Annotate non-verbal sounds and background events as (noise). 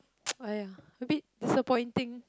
(noise) !aiya! a bit disappointing